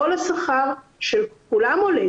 כל השכר של כולם עולה,